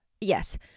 yes